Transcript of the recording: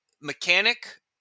Mechanic